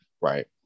Right